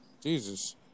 Jesus